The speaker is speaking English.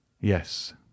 yes